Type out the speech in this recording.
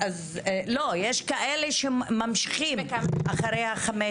יש כאלה שממשיכים להיות מפוקחים אחרי חמש שנים.